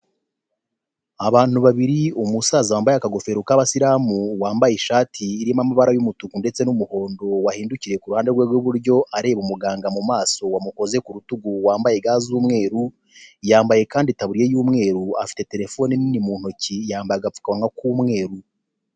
Abantu babiri umusaza wambaye akafero k'abasilamu wambaye ishati irimo amabara y'umutuku ndetse n'umuhondo wahindukiye kuruhande rwe rw'iburyo areba umuganga mu maso wamukoze ku rutugu wambaye ga z'umweru yambaye kandi itabuye y'umweru afite terefone nini mu ntoki yambaye agapfukanwa k'umweru.